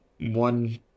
one